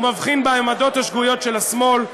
הוא מבחין בעמדות השגויות של השמאל,